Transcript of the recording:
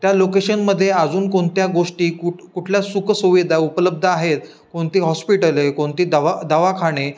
त्या लोकेशनमध्ये अजून कोणत्या गोष्टी कुठे कुठल्या सुखसुविधा उपलब्ध आहेत कोणती हॉस्पिटले कोणती दवा दवाखाने